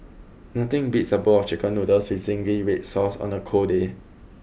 nothing beats a bowl of chicken noodles with zingy red Sauce on a cold day